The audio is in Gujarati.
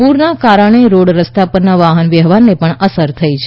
પુરના કારણે રોડ રસ્તા પરના વાહન વ્યવહારને પણ અસર થઇ છે